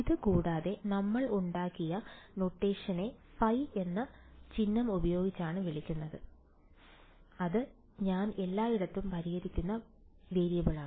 ഇതു കൂടാതെ നമ്മൾ ഉണ്ടാക്കിയ നൊട്ടേഷനെ ഫൈ എന്ന ചിഹ്നം ഉപയോഗിച്ചാണ് വിളിച്ചത് അത് ഞാൻ എല്ലായിടത്തും പരിഹരിക്കുന്ന വേരിയബിളാണ്